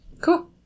cool